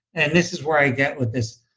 and this is where i get with this,